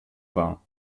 wahr